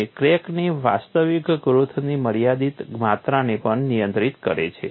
અને ક્રેકની વાસ્તવિક ગ્રોથની મર્યાદિત માત્રાને પણ નિયંત્રિત કરે છે